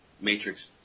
Matrix